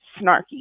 snarky